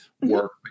work